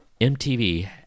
MTV